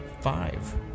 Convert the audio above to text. Five